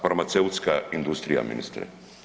Farmaceutska industrija ministre.